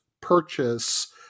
purchase